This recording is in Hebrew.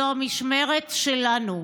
זו המשמרת שלנו,